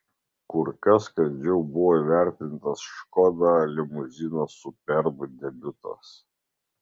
kur kas kandžiau buvo įvertintas škoda limuzino superb debiutas